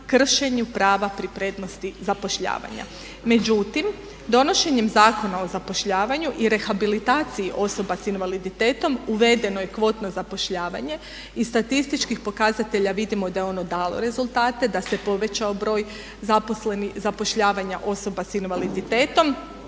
kršenje prava pri prednosti zapošljavanja. Međutim, donošenjem Zakona o zapošljavanju i rehabilitaciji osoba s invaliditetom uvedeno je kvotno zapošljavanje. Iz statističkih pokazatelja vidimo da je ono dalo rezultate, da se povećao broj zapošljavanja osoba s invaliditetom